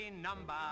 number